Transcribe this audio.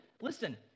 listen